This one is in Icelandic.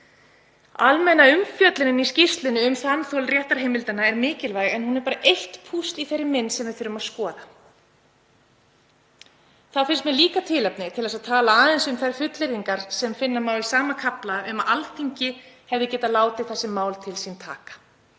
Almenna umfjöllunin í skýrslunni um þanþol réttarheimilda er mikilvæg en hún er bara eitt púsl í þeirri mynd sem við þurfum að skoða. Þá finnst mér líka tilefni til að tala aðeins um þær fullyrðingar sem finna má í sama kafla um að Alþingi hefði getað látið þessi mál til sín taka